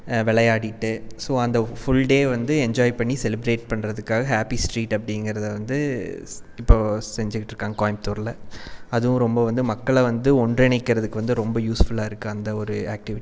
விளையாடிட்டு ஸோ அந்த full day வந்து என்ஜாய் பண்ணி செலிப்ரேட் பண்ணுறதுக்காக ஹாப்பி ஸ்ட்ரீட் அப்படிங்கறத வந்து இப்போது செஞ்சுகிட்ருக்காங்க கோயமுத்தூரில் அதுவும் ரொம்ப வந்து மக்களை வந்து ஒன்றிணைகிறதுக்கு வந்து ரொம்ப யூஸ்ஃபுல்லாக இருக்குது அந்த ஒரு ஆக்ட்டிவிட்டி